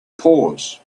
pause